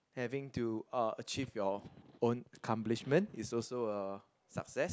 having to uh achieve your own accomplishment is also a success